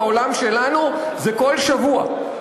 בעולם שלנו זה כל שבוע,